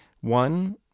one